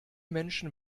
menschen